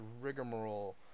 rigmarole